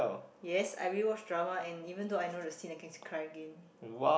yes I rewatch drama and even though I know the scene I still cry again